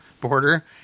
border